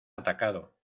atacado